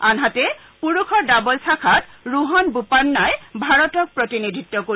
আনহাতে পুৰুষৰ ডাবলছ শাখাত ৰোহন বোপান্নাই ভাৰতক প্ৰতিনিধিত্ব কৰিব